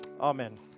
Amen